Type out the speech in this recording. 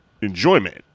enjoyment